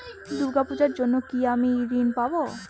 দূর্গা পূজার জন্য কি আমি ঋণ পাবো?